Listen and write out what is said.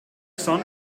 song